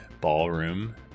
ballroom